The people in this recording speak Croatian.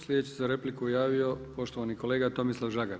Sljedeći se za repliku javio poštovani kolega Tomislav Žagar.